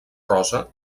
rosa